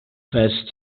first